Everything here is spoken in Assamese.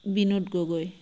বিনোদ গগৈ